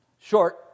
Short